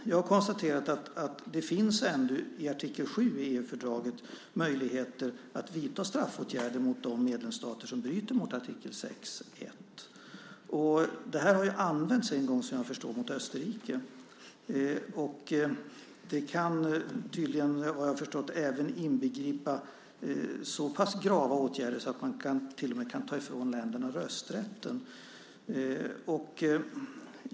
Jag har konstaterat att det i artikel 7 i EU-fördraget finns möjligheter att vidta straffåtgärder mot de medlemsstater som bryter mot artikel 6.1. Och den här möjligheten har använts en gång, som jag förstår det, mot Österrike. Vad jag har förstått kan det tydligen även inbegripa en så pass grav åtgärd som att man till och med kan ta ifrån länderna rösträtten.